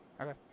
Okay